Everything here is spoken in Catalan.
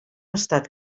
estat